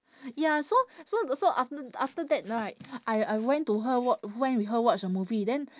ya so so so after after that right I I went to her wa~ went with her watch a movie then